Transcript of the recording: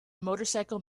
motorcycle